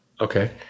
Okay